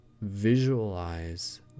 visualize